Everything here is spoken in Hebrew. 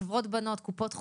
חברות בנות, קופות חולים.